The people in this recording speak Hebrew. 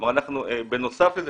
בנוסף לזה